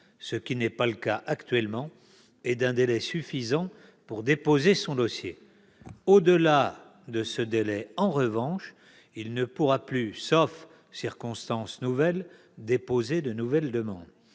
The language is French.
ce qui n'est pas le cas actuellement -et d'un délai suffisant pour déposer son dossier. En revanche, au-delà de ce délai, il ne pourra plus, sauf circonstances nouvelles, déposer de nouvelles demandes.